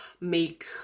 make